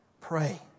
pray